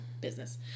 business